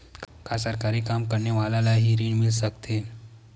का सरकारी काम करने वाले ल हि ऋण मिल सकथे?